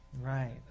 Right